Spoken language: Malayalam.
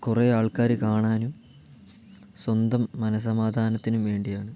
കുറേ ആൾക്കാർ കാണാനും സ്വന്തം മനഃസമാധാനത്തിനും വേണ്ടിയാണ്